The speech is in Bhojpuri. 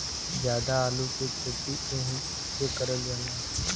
जादा आलू के खेती एहि से करल जाला